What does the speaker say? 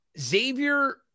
Xavier